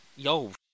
Yo